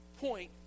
point